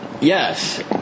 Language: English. Yes